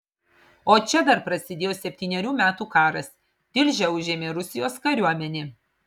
o čia dar prasidėjo septynerių metų karas tilžę užėmė rusijos kariuomenė